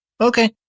Okay